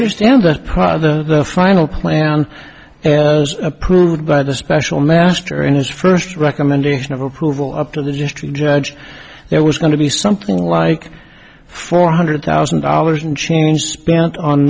understand the product the final plan was approved by the special master and his first recommendation of approval up to the district judge there was going to be something like four hundred thousand dollars in change spent on